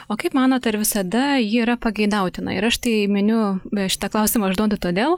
o kaip manot ar visada ji yra pageidautina ir aš tai miniu šitą klausimą užduodu todėl